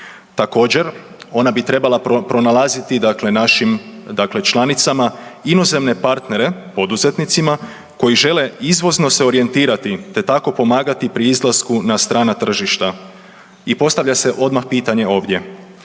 Također ona bi trebala pronalaziti dakle, našim članicama inozemne partnere poduzetnicima koji žele izvozno se orijentirati te tako pomagati pri izlasku na strana tržišta. I postavlja se odmah pitanje ovdje.